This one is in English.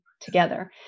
together